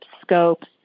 scopes